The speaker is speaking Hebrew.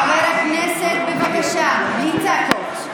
בבקשה בלי צעקות.